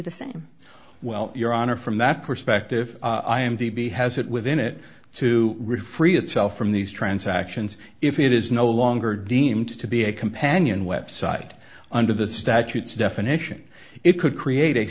the same well your honor from that perspective i am to be has it within it to refrain itself from these transactions if it is no longer deemed to be a companion website under the statutes definition it could create a